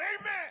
Amen